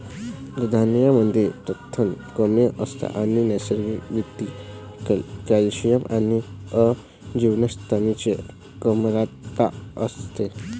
धान्यांमध्ये प्रथिने कमी असतात आणि नैसर्गिक रित्या कॅल्शियम आणि अ जीवनसत्वाची कमतरता असते